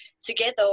together